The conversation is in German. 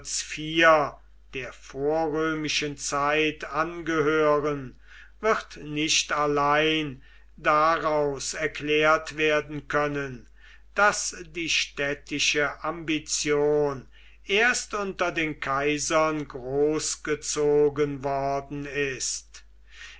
der vorrömischen zeit angehören wird nicht allein daraus erklärt werden können daß die städtische ambition erst unter den kaisern großgezogen worden ist